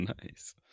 nice